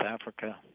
africa